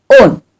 own